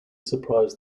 surprised